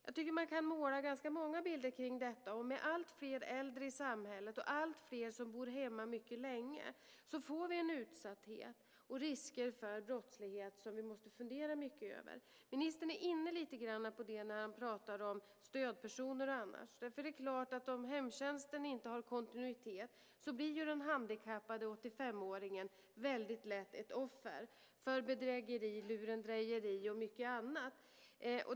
Jag tycker att man kan måla upp ganska många bilder kring detta. Med alltfler äldre i samhället och alltfler som bor hemma mycket länge får vi en utsatthet och risker för brottslighet som vi måste fundera mycket över. Ministern är inne lite grann på det när han pratar om stödpersoner och annat. Men om hemtjänsten inte har kontinuitet blir den handikappade 85-åringen väldigt lätt ett offer för bedrägeri, lurendrejeri och mycket annat.